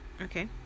Okay